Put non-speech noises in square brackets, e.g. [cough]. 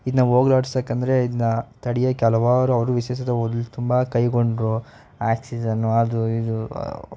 ಇದನ್ನ ಹೋಗ್ಲಾಡ್ಸೋಕೆ ಅಂದರೆ ಇದನ್ನ ತಡೆಯೋಕೆ ಹಲವಾರು ಅವರು ವಿಶೇಷತೆ [unintelligible] ತುಂಬ ಕೈಗೊಂಡರು ಆಕ್ಸಿಜನ್ನು ಅದು ಇದು